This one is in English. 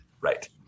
Right